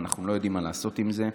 ואנחנו לא יודעים מה לעשות עם זה.